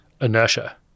inertia